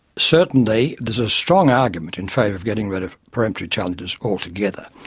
certainly there is a strong argument in favour of getting rid of peremptory challenges altogether.